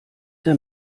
der